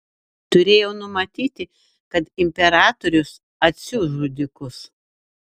turėjau numatyti kad imperatorius atsiųs žudikus